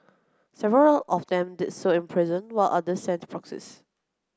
several of them did so in person while others sent proxies